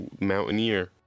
Mountaineer